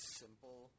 simple